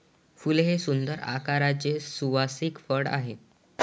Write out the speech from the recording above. फूल हे सुंदर आकाराचे सुवासिक फळ आहे